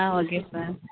ah okay sir